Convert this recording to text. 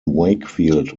wakefield